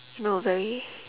you know very